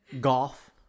Golf